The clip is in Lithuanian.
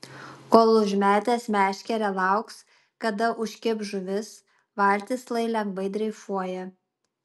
kol užmetęs meškerę lauks kada užkibs žuvis valtis lai lengvai dreifuoja